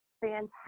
fantastic